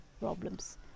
problems